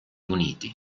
uniti